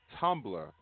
Tumblr